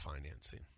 financing